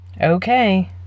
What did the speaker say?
Okay